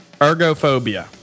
Ergophobia